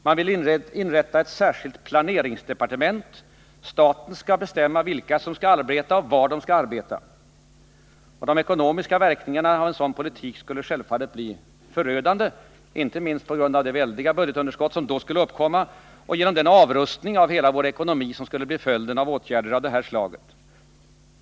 Man vill inrätta ett särskilt planeringsdepartement. Staten skall bestämma vilka som skall arbeta och var de skall arbeta. De ekonomiska verkningarna av en sådan politik skulle självfallet bli förödande, inte minst på grund av de väldiga budgetunderskott som då skulle uppkomma och genom den avrustning av hela vår ekonomi som skulle bli följden av åtgärder av detta slag.